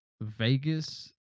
Vegas